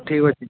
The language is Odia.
ଠିକ୍ ଅଛି